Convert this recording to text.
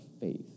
faith